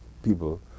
People